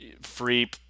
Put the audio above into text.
free